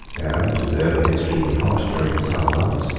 and though extremely hot during the summer months,